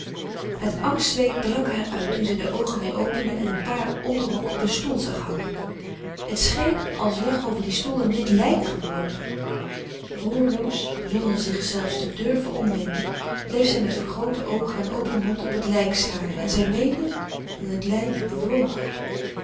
het angstzweet brak haar uit toen zij de oogen weêr opende en een paar onderrokken op een stoel zag hangen het scheen als lag over dien stoel een wit lijk geworpen roerloos zonder zich zelfs te durven omwenden bleef zij met vergroote oogen en open mond op het lijk staren en zij meende dat het lijk